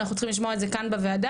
אנחנו צריכים לשמוע על זה כאן בוועדה,